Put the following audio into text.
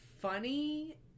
funny